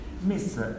Miss